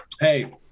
hey